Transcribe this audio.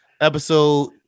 episode